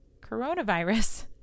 coronavirus